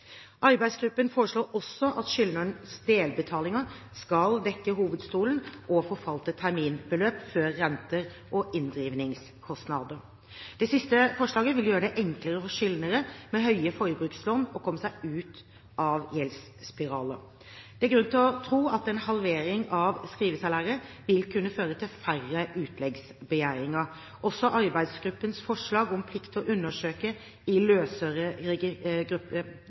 Arbeidsgruppen foreslår også at skyldnerens delbetalinger skal dekke hovedstolen og forfalte terminbeløp før renter og inndrivingskostnader. Det siste forslaget vil gjøre det enklere for skyldnere med høye forbrukslån å komme seg ut av gjeldsspiralen. Det er grunn til å tro at en halvering av skrivesalæret vil kunne føre til færre utleggsbegjæringer. Også arbeidsgruppens forslag om plikt til å undersøke i